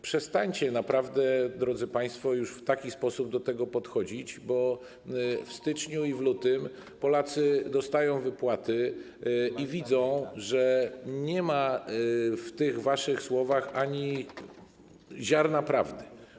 Przestańcie już naprawdę, drodzy państwo, w taki sposób do tego podchodzić, bo w styczniu i w lutym Polacy dostają wypłaty i widzą, że nie ma w tych waszych słowach ani ziarna prawdy.